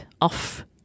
off